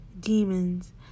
demons